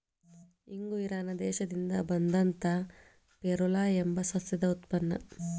ಇಂಗು ಇರಾನ್ ದೇಶದಿಂದ ಬಂದಂತಾ ಫೆರುಲಾ ಎಂಬ ಸಸ್ಯದ ಉತ್ಪನ್ನ